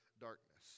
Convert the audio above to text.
darkness